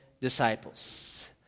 disciples